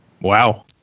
Wow